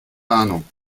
ahnung